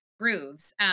grooves